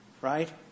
right